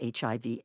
HIV